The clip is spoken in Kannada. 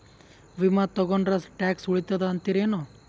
ವಿಮಾ ತೊಗೊಂಡ್ರ ಟ್ಯಾಕ್ಸ ಉಳಿತದ ಅಂತಿರೇನು?